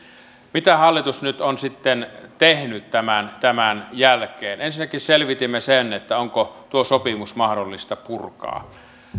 mitä hallitus nyt on sitten tehnyt tämän tämän jälkeen ensinnäkin selvitimme sen onko tuo sopimus mahdollista purkaa